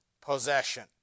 possession